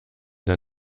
der